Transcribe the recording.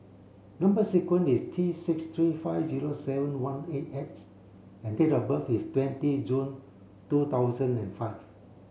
number sequence is T six three five zero seven one eight X and date of birth is twenty June two thousand and five